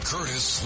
Curtis